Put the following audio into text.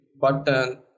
button